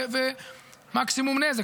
ומינימום נזק.